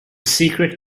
secret